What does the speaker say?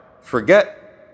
forget